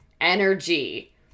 energy